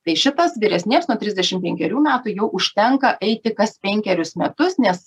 tai šitas vyresnės nuo trisdešim penkerių metų jau užtenka eiti kas penkerius metus nes